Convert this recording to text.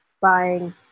buying